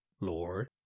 Lord